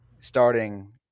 starting